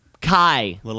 Kai